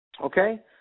Okay